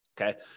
Okay